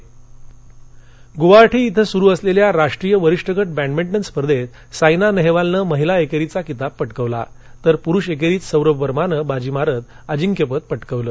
badminton Guwahati इथं सुरु असलख्धा राष्ट्रीय वरिष्ठगट बेंडमिंटन स्पर्धेत साईना नव्विालनं महिला एक्रीया किताब पटकावला तर प्रुष एक्ष्पींत सोरभ वर्मानं बाजी मारत अजिंक्यपद पटकावलं